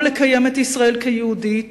גם לקיים את ישראל כמדינה יהודית,